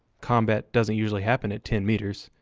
combat doesn't usually happen at ten meters,